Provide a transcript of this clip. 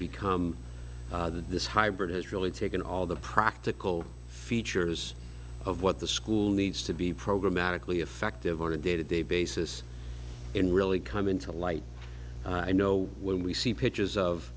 become the this hybrid has really taken all the practical features of what the school needs to be program magically effective on a day to day basis and really come into light i know when we see pictures